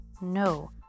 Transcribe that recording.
no